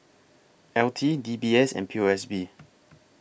L T D B S and P O S B